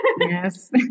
yes